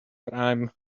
crime